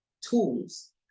tools